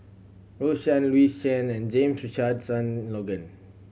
Rose Chan Louis Chen and James Richardson Logan